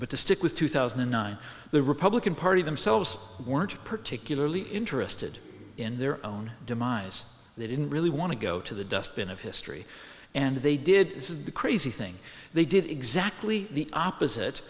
but to stick with two thousand and nine the republican party themselves weren't particularly interested in their own demise they didn't really want to go to the dustbin of history and they did this is the crazy thing they did exactly the opposite